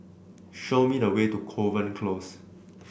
show me the way to Kovan Close